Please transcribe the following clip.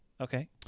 Okay